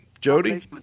Jody